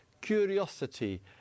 curiosity